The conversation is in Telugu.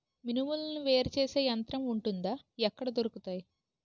మినుములు వేరు చేసే యంత్రం వుంటుందా? ఎక్కడ దొరుకుతాయి?